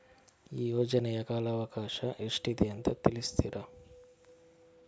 ಈ ಯೋಜನೆಯ ಕಾಲವಕಾಶ ಎಷ್ಟಿದೆ ಅಂತ ತಿಳಿಸ್ತೀರಾ?